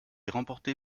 remporté